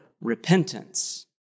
repentance